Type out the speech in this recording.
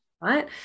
Right